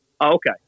Okay